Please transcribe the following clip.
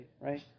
right